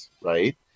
right